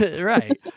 Right